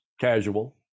casual